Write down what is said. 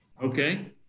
Okay